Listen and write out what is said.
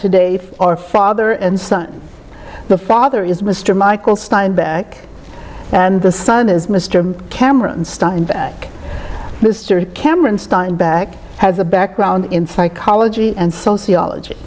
today our father and son the father is mr michael steinback and the son is mr cameron star in fact mr cameron steinback has a background in psychology and sociology